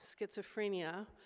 schizophrenia